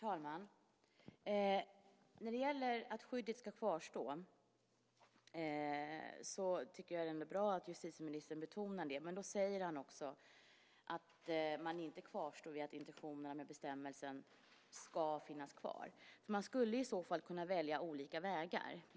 Herr talman! Jag tycker att det är bra att justitieministern betonar att skyddet ska kvarstå. Men han säger också att man inte kvarstår vid att intentionerna i bestämmelsen ska finnas kvar. Man skulle kunna välja olika vägar.